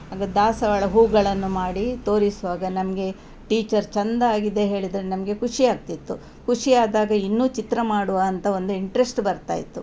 ಆಗ ದಾಸವಾಳ ಹೂವುಗಳನ್ನು ಮಾಡಿ ತೋರಿಸುವಾಗ ನಮಗೆ ಟೀಚರ್ ಚೆಂದ ಆಗಿದೆ ಹೇಳಿದರೆ ನಮಗೆ ಖುಷಿಯಾಗ್ತಿತ್ತು ಖುಷಿಯಾದಾಗ ಇನ್ನೂ ಚಿತ್ರ ಮಾಡುವ ಅಂತ ಒಂದು ಇಂಟ್ರೆಸ್ಟ್ ಬರ್ತಾಯಿತ್ತು